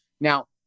Now